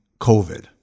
covid